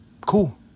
cool